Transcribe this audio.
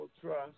trust